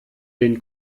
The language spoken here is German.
den